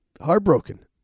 heartbroken